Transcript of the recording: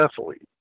athlete